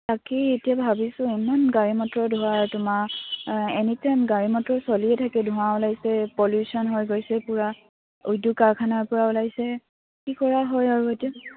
তাকেই এতিয়া ভাবিছোঁ ইমান গাড়ী মটৰ ধৰা তোমাৰ এনি টাইম গাড়ী মটৰ চলিয়ে থাকে ধোঁৱা ওলাইছে পলিউশ্যন হৈ গৈছে পূৰা উদ্যোগ কাৰখানাৰ পৰা ওলাইছে কি কৰা হয় আৰু এতিয়া